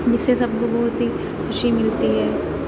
جس سے سب کو بہت ہی خوشی ملتی ہے